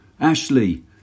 Ashley